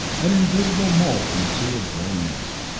an invisible mote in a sea of gray mist.